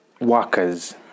workers